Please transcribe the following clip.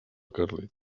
carlit